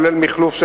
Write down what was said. כולל מחלוף,